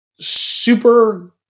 super